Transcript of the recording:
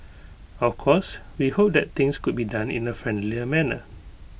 of course we hope that things could be done in A friendlier manner